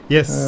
Yes